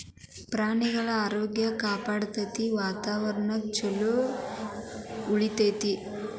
ಪ್ರಾಣಿಗಳ ಆರೋಗ್ಯ ಕಾಪಾಡತತಿ, ವಾತಾವರಣಾ ಚುಲೊ ಉಳಿತೆತಿ